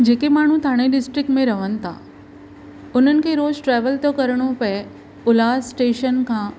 जेके माण्हू थाणे डिस्ट्रिक्ट में रहनि था हुननि खे रोज़ु ट्रेवल थो करिणो पए उल्हास स्टेशन खां